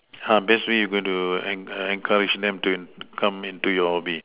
err best way you're going to en~ encourage them to in come into your hobby